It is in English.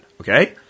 Okay